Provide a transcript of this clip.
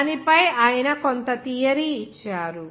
దాని పై ఆయన కొంత థియరీ ఇచ్చారు